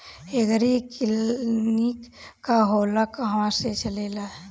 एगरी clinic का होला कहवा से चलेँला?